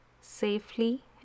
safely